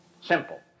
Simple